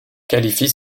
qualifie